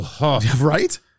Right